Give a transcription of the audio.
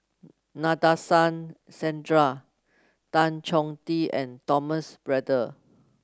Nadasen Chandra Tan Chong Tee and Thomas Braddell